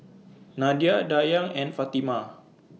Nadia Dayang and Fatimah